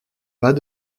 pas